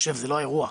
זה לא האירוע.